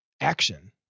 action